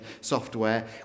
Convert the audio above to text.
software